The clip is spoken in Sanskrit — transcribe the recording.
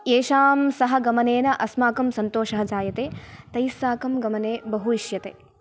येषां सह गमनेन अस्माकं सन्तोषः जायते तैस्साकं गमने बहु इष्यते